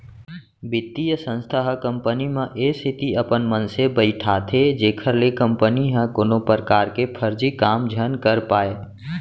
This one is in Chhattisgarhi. बित्तीय संस्था ह कंपनी म ए सेती अपन मनसे बइठाथे जेखर ले कंपनी ह कोनो परकार के फरजी काम झन कर पाय